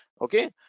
Okay